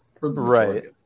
Right